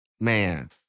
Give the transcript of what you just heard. man